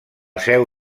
seu